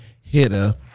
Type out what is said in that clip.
hitter